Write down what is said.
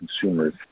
consumers